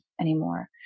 anymore